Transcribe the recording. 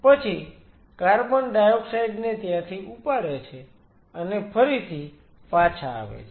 પછી carbon dioxide ને ત્યાંથી ઉપાડે છે અને ફરીથી પાછા આવે છે